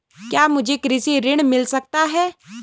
क्या मुझे कृषि ऋण मिल सकता है?